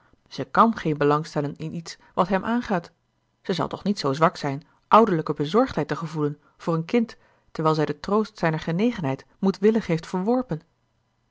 zij kàn geen belang stellen in iets wat hem aangaat zij zal toch niet zoo zwak zijn ouderlijke bezorgdheid te gevoelen voor een kind terwijl zij den troost zijner genegenheid moedwillig heeft verworpen